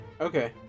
Okay